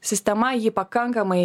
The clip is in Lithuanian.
sistema jį pakankamai